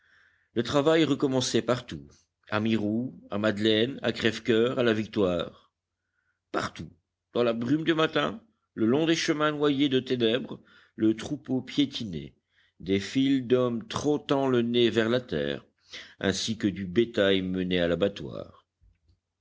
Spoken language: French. le travail recommençait partout à mirou à madeleine à crèvecoeur à la victoire partout dans la brume du matin le long des chemins noyés de ténèbres le troupeau piétinait des files d'hommes trottant le nez vers la terre ainsi que du bétail mené à l'abattoir